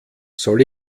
soll